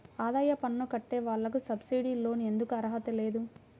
ఆదాయ పన్ను కట్టే వాళ్లకు సబ్సిడీ లోన్ ఎందుకు అర్హత లేదు?